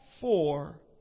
four